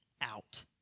out